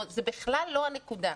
זאת בכלל לא הנקודה.